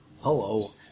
Hello